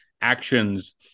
actions